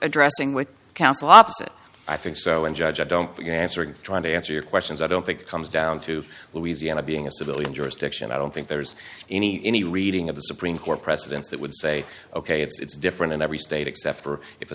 addressing with counsel opposite i think so and judge i don't you know answering trying to answer your questions i don't think it comes down to louisiana being a civilian jurisdiction i don't think there's any any reading of the supreme court precedents that would say ok it's different in every state except for if a